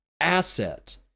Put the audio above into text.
asset